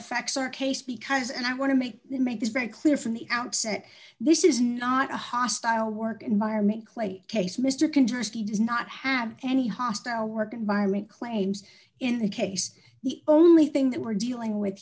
affects our case because and i want to make make this very clear from the outset this is not a hostile work environment clay case mr kanjorski does not have any hostile work environment claims in the case the only thing that we're dealing with